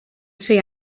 tri